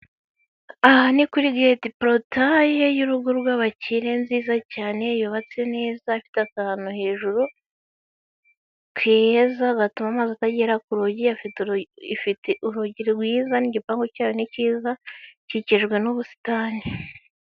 Aha ni kuri geti porotayi y'urugo rw'abakire nziza cyane yubatse neza. Ifite akantu hejuru kiyeza gatuma amazi atagera ku rugi. Ifite urugi rwiza n'igipangu cyayo ni kiza ikikijwe n'ubusitani.